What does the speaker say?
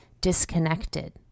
disconnected